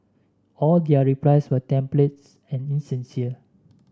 all their replies were templates and insincere